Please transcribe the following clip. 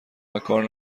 وکار